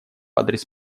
адрес